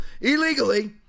illegally